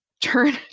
turn